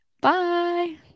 Bye